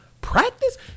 practice